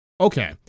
Okay